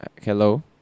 Hello